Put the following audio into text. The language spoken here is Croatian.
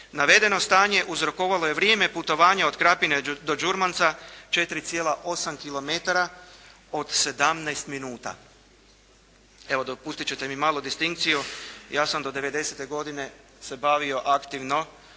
Navedeno stanje uzrokovalo je vrijeme putovanja od Krapine do Đurmanca 4,8 kilometara od 17 minuta. Evo, dopustit ćete mi malu distinkciju. Ja sam do 90. godine se bavio aktivno